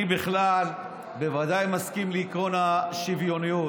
אני בוודאי מסכים לעקרון השוויוניות.